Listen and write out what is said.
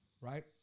right